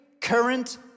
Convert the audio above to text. current